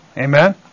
Amen